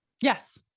yes